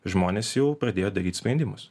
žmonės jau pradėjo daryt sprendimus